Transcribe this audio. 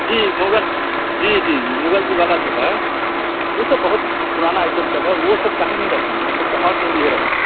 जी मुग़ल जी जी मुग़ल जी वाला जो है वह सब बहुत पुराना आइटम सब है वो सब काहे नहीं रखेंगे वो सब तो और ज़रूरी है रखना